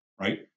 right